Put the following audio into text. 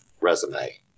resume